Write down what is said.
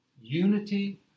Unity